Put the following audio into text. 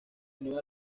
unió